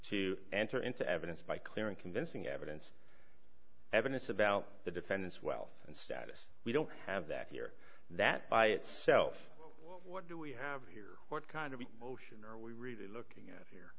to enter into evidence by clear and convincing evidence evidence about the defendant's wealth and status we don't have that here that by itself what do we have here what kind of motion are we really looking at where